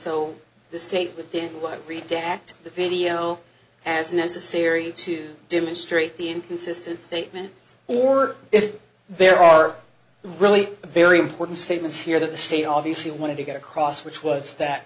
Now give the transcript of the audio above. so the state within reach back to the video as necessary to demonstrate the inconsistent statement or if there are really very important statements here that the state obviously wanted to get across which was that